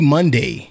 Monday